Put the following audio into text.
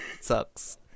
sucks